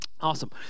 Awesome